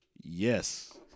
Yes